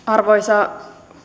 arvoisa